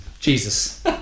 Jesus